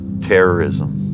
terrorism